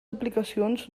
aplicacions